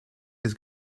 his